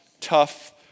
tough